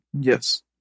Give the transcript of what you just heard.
Yes